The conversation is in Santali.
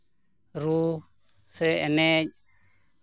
ᱨᱩ ᱥᱮ ᱮᱱᱮᱡ